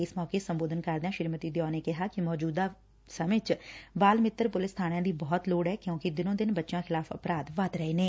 ਇਸ ਮੌਕੇ ਸੰਬੋਧਨ ਕਰਦਿਆਂ ਸ੍ੀਮਤੀ ਦਿਓ ਨੇ ਕਿਹਾ ਕਿ ਮੌਜੂਦਾ ਵਿਚ ਬਾਲ ਮਿੱਤਰ ਪੁਲਿਸ ਬਾਣਿਆਂ ਦੀ ਬਹੁਤ ਲੋੜ ਐ ਕਿਉਂਕਿ ਦਿਨੋ ਦਿਨ ਬੱਚਿਆਂ ਖਿਲਾਫ਼ ਅਪਰਾਧ ਵੱਧ ਰਹੇ ਨੇ